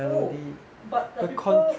oh but the people